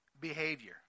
behavior